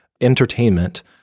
entertainment